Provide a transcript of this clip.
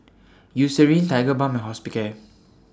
Eucerin Tigerbalm and Hospicare